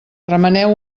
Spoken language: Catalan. remeneu